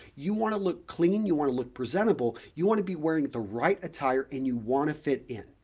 you want to look clean, you want to look presentable, you want to be wearing the right attire and you want to fit in.